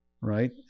right